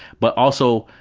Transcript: but also,